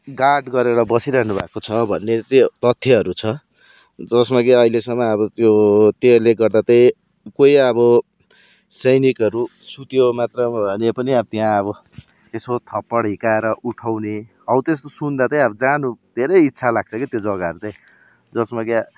guard गरेर बसिरहनु भएको छ भन्ने त्यो तथ्यहरू छ जसमा कि अहिलेसम्म अब त्यो त्योले गर्दचाहिँ कोही अब सैनिकहरू सुत्यो मात्र भने पनि अब त्यहाँ अब यसो थप्पड हिर्काएर उठाउने हौ त्यस्तो सुन्दा चाहिँ अब जानु धेरै इच्छा लाग्छ कि त्यो जग्गाहरू चाहिँ जसमा क्या